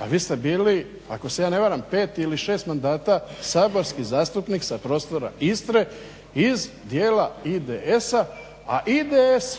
a vi ste bili ako se ja ne varam pet ili šest mandata saborski zastupnik sa prostora Istre iz dijela IDS-a, a IDS